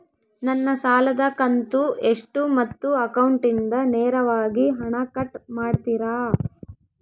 ನನ್ನ ಸಾಲದ ಕಂತು ಎಷ್ಟು ಮತ್ತು ಅಕೌಂಟಿಂದ ನೇರವಾಗಿ ಹಣ ಕಟ್ ಮಾಡ್ತಿರಾ?